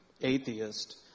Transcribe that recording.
atheist